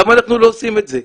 למה אנחנו לא עושים את זה?